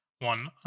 one